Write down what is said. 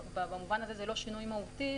במובן הזה זה לא שינוי מהותי,